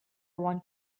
want